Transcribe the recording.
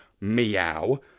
meow